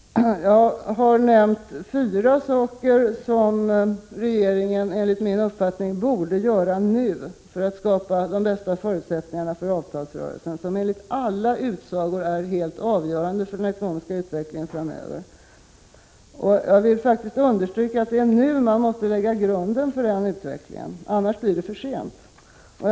Jag har nämnt fyra saker som regeringen enligt min uppfattning bör göra nu för att skapa de bästa förutsättningarna för avtalsrörelsen — som enligt alla utsagor är helt avgörande för den ekonomiska utvecklingen framöver. Jag vill faktiskt understryka att det är nu grunden måste läggas för den ekonomiska utvecklingen — annars kommer det att bli för sent.